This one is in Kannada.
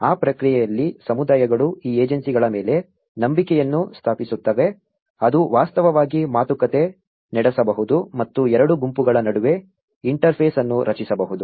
ಆ ಪ್ರಕ್ರಿಯೆಯಲ್ಲಿ ಸಮುದಾಯಗಳು ಈ ಏಜೆನ್ಸಿಗಳ ಮೇಲೆ ನಂಬಿಕೆಯನ್ನು ಸ್ಥಾಪಿಸುತ್ತವೆ ಅದು ವಾಸ್ತವವಾಗಿ ಮಾತುಕತೆ ನಡೆಸಬಹುದು ಮತ್ತು ಎರಡೂ ಗುಂಪುಗಳ ನಡುವೆ ಇಂಟರ್ಫೇಸ್ ಅನ್ನು ರಚಿಸಬಹುದು